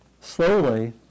slowly